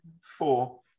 four